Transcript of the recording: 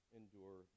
endure